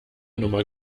nummer